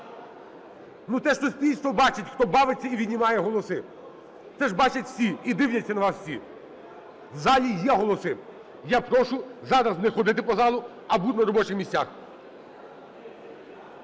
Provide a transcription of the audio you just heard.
Теж суспільство бачить, хто бавиться і віднімає голоси, це ж бачать усі і дивляться на вас усі. В залі є голоси. Я прошу зараз не ходити по залу, а бути на робочих місцях.